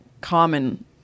common